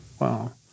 Wow